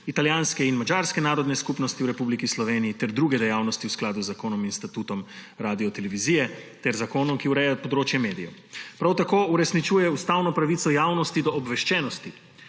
italijanske in madžarske narodne skupnosti v Republiki Sloveniji ter druge dejavnosti v skladu z zakonom in statutom Radiotelevizije ter zakonom, ki ureja področje medijev. Prav tako uresničuje ustavno pravico javnosti do obveščenosti.